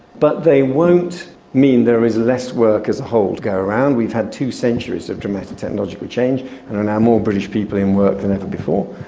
but they won't mean there is less work as a whole to go around. we've had two centuries of dramatic technological change and there are now more british people in work than ever before.